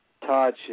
Todd